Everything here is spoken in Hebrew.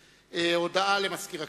הודעה למזכיר הכנסת.